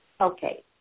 Okay